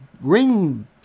ring